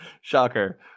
shocker